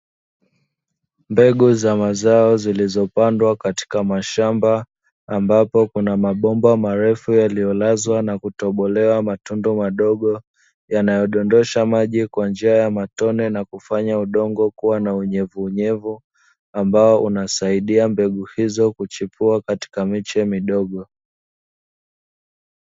Mbegu za mazao zilizo pandwa wa katika mashamba ambapo kuna mabomba marefu yaliyolazwa na kutobolewa matunda madogo yanayodondosha maji kwa njia ya matone, na kufanya udongo kuwa na unyevuunyevu, ambao unasaidia mbegu hizo kuchipua katika miche midogo.